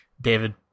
david